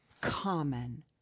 common